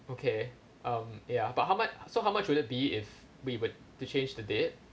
okay um ya but how much so how much would it be if we were t~ to change the date